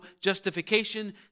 justification